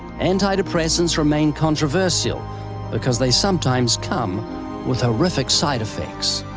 antidepressants remain controversial because they sometimes come with horrific side effects.